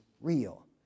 real